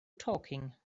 talking